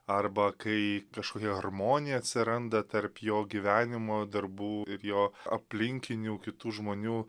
arba kai kažkokia harmonija atsiranda tarp jo gyvenimo darbų ir jo aplinkinių kitų žmonių